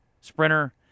sprinter